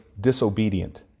disobedient